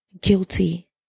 guilty